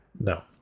No